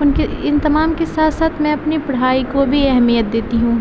ان کے ان تمام کے ساتھ ساتھ میں اپنی پڑھائی کو بھی اہمیت دیتی ہوں